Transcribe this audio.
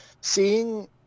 Seeing